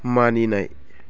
मानिनाय